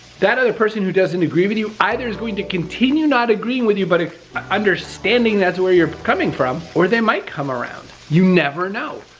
that other person who doesn't agree with you either is going to continue not agreeing with you but ah ah understanding that's where you're coming from, or they might come around. you never know,